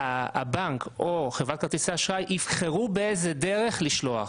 שהבנק או חברת כרטיסי האשראי יבחרו באיזו דרך לשלוח.